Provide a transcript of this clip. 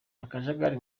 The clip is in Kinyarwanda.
akajagari